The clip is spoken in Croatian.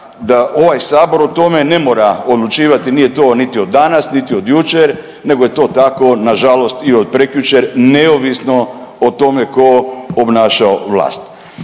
da ovaj sabor o tome ne mora odlučivati. Nije to niti od danas, niti od jučer nego je to tako nažalost i od prekjučer neovisno o tome tko obnašao vlast.